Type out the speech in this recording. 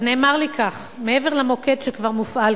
אז נאמר לי כך: מעבר למוקד שכבר מופעל,